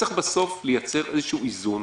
צריך בסוף לייצר איזשהו איזון